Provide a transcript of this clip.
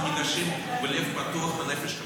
אנחנו ניגשים בלב פתוח ובנפש חפצה.